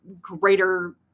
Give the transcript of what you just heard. greater